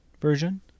version